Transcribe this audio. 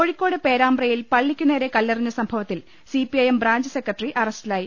കോഴിക്കോട് പേരാമ്പ്രയിൽ പളളിക്കുനേരെ കല്ലെറിഞ്ഞ സംഭ വത്തിൽ സിപിഐഎം ബ്രാഞ്ച് സെക്രട്ടറി അറസ്റ്റിലായി